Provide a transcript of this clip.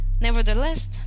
Nevertheless